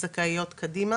נכון?